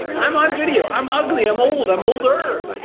i'm on video. i'm ugly, i'm old, i'm older,